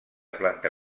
planta